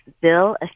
Bill